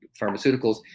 pharmaceuticals